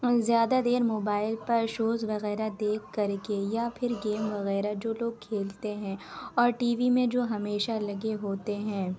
زیادہ دیر موبائل پر شوز وغیرہ دیکھ کر کے یا پھر گیم وغیرہ جو لوگ کھیلتے ہیں اور ٹی وی میں جو ہمیشہ لگے ہوتے ہیں